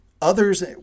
Others